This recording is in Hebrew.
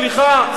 סליחה.